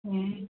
ए